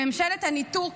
בממשלת הניתוק